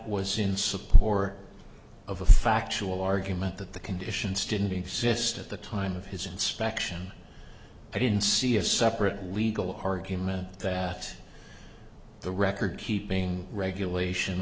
was in support of a factual argument that the conditions didn't exist at the time of his inspection i didn't see a separate legal argument that the record keeping regulation